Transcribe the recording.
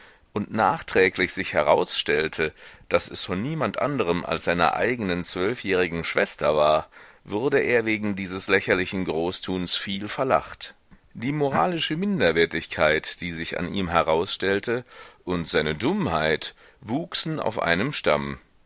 und nachträglich sich herausstellte daß es von niemand anderem als seiner eigenen zwölfjährigen schwester war wurde er wegen dieses lächerlichen großtuns viel verlacht die moralische minderwertigkeit die sich an ihm herausstellte und seine dummheit wuchsen auf einem stamm